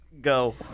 Go